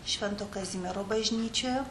švento kazimiero bažnyčioje